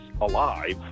alive